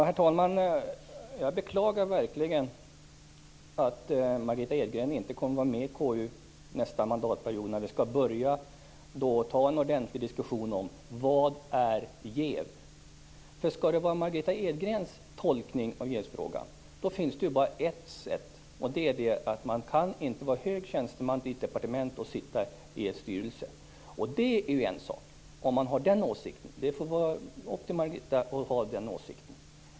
Herr talman! Jag beklagar verkligen att Margitta Edgren inte kommer att vara med i KU nästa mandatperiod när vi skall börja en ordentlig diskussion om vad jäv är. Skall det vara Margitta Edgrens tolkning som skall gälla innebär det att man inte kan vara hög tjänsteman i ett departement och sitta i en styrelse. Det är ju en sak. Det är upp till Margitta Edgren att ha den åsikten.